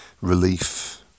relief